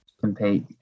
compete